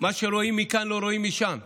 מה שרואים מכאן לא רואים משם.